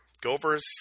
Gophers